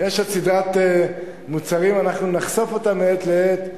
יש עוד סדרת מוצרים, אנחנו נחשוף אותם מעת לעת.